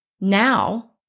Now